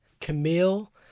Camille